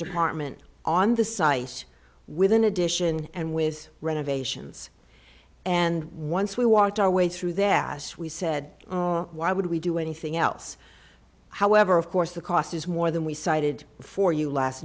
department on the site with an addition and with renovations and once we walked our way through that we said why would we do anything else however of course the cost is more than we cited for you last